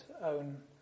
own